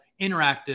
interactive